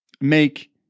make